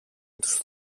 τους